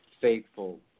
faithful